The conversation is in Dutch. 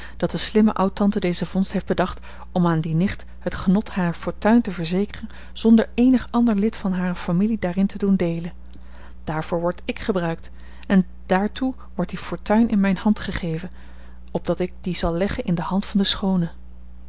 dat de slimme oud-tante deze vondst heeft bedacht om aan die nicht het genot harer fortuin te verzekeren zonder eenig ander lid van hare familie daarin te doen deelen daarvoor wordt ik gebruikt en daartoe wordt die fortuin in mijne hand gegeven opdat ik die zal leggen in de hand van de schoone